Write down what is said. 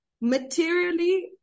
materially